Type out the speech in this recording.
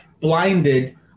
blinded